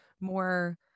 more